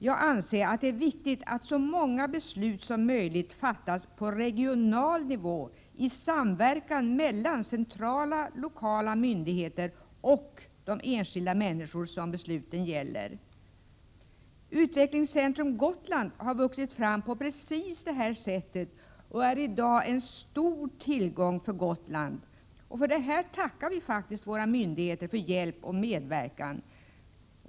Jag anser att det är viktigt att så många beslut som möjligt fattas på regional nivå, i samverkan mellan centrala och lokala myndigheter och de enskilda människor som besluten gäller. Utvecklingscentrum Gotland har vuxit fram på just detta sätt och är i dag en stor tillgång för Gotland. För detta tackar vi faktiskt våra myndigheter för deras hjälp och medverkan.